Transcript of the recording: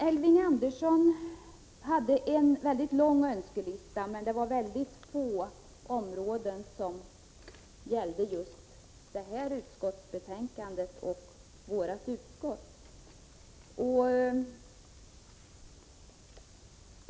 Elving Andersson hade en mycket lång önskelista, men det var få områden som gällde just detta utskottsbetänkande.